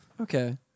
Okay